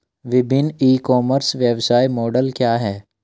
विभिन्न e-commerce व्यवसाय model क्या हैं?